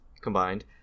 combined